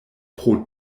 pro